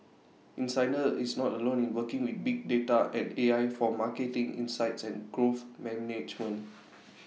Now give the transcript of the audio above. insider is not alone in working with big data and A I for marketing insights and growth management